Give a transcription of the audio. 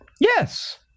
Yes